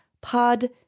Pod